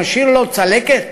שמשאיר לו צלקת,